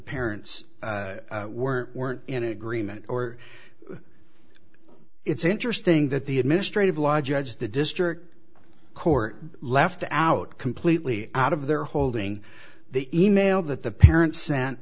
parents were weren't in agreement or it's interesting that the administrative law judge the district court left out completely out of their holding the e mail that the parents sent